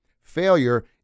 Failure